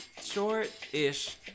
short-ish